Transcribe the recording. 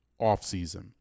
offseason